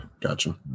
gotcha